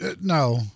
No